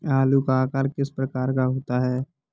आलू का आकार किस प्रकार का होता है?